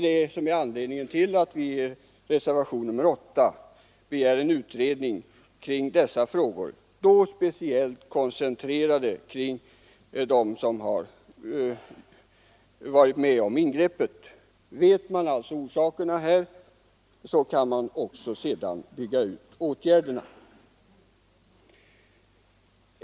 Det är anledningen till att vi i reservationen 8 begär en utredning kring dessa frågor, speciellt koncentrerad kring dem som har varit med om ett ingrepp. Känner man orsakerna, kan man sedan också bygga ut åtgärderna.